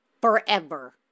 forever